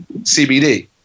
CBD